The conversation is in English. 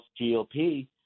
GOP